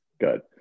good